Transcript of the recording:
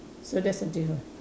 so that's the difference